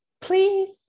please